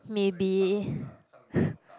maybe